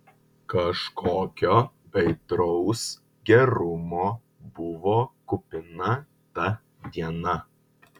kažkokio aitraus gerumo buvo kupina ta diena